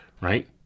right